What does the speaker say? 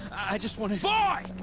i just want to. boy!